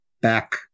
back